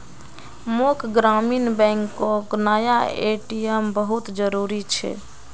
मोक ग्रामीण बैंकोक नया ए.टी.एम बहुत जरूरी छे